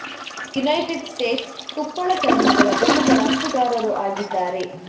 United States ತುಪ್ಪಳ ಚರ್ಮಗಳ ಪ್ರಮುಖ ರಫ್ತುದಾರರು ಆಗಿದ್ದಾರೆ